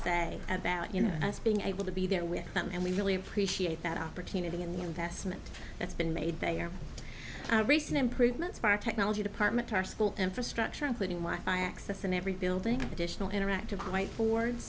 say about you know us being able to be there with them and we really appreciate that opportunity and the investment that's been made they are recent improvements of our technology department our school infrastructure including my access in every building additional interactive white